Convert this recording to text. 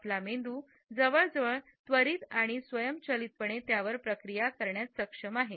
आपला मेंदू जवळजवळ त्वरित आणि स्वयंचलितपणे त्यावर प्रक्रिया करण्यात सक्षम आहे